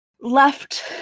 left